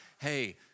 Hey